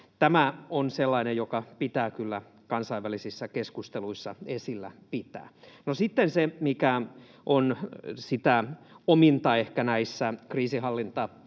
Tämä on sellainen, joka pitää kyllä kansainvälisissä keskusteluissa esillä pitää. No, sitten se, mikä on ehkä sitä ominta näissä kriisinhallintatehtäväasioissa,